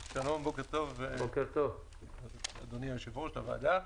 שלום, בוקר טוב לאדוני היושב-ראש, לוועדה,